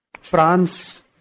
France